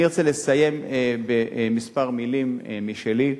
אני ארצה לסיים בכמה מלים משלי.